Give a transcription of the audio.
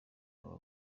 aba